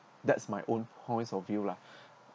that's my own points of view lah